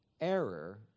error